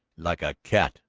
like a cat,